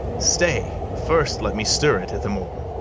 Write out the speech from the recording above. stay first let me stir it, ithamore.